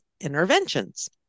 interventions